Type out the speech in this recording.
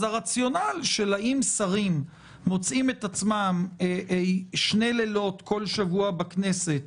אז הרציונל האם שרים מוצאים את עצמם שני לילות כל שבוע בכנסת,